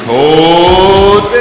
Cold